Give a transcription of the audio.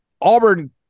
Auburn